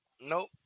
Nope